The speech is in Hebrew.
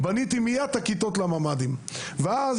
בניתי מיד את הכיתות לממ"דים ואז